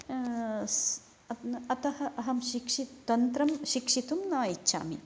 अतः अहं शिक्षि तन्त्रं शिक्षितुं न इच्छामि